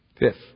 Fifth